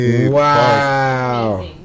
Wow